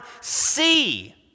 see